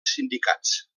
sindicats